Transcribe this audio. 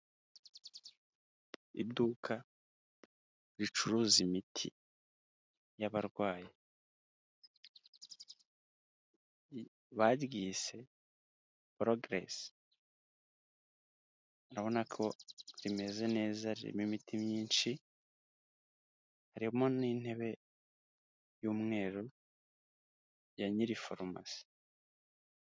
Iduka ricuruza imiti y'abarwayi. Baryise Progress, urabona ko rimeze neza ririmo imiti, harimo n'intebe y'umweru ya nyirifarumasi.